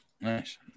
Nice